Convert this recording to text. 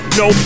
no